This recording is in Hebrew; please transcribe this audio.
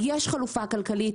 יש חלופה כלכלית,